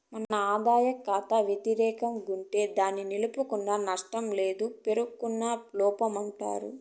మన ఆదాయ కాతా వెతిరేకం గుంటే దాన్ని నిలుపుకున్న నష్టం లేదా పేరుకున్న లోపమంటారు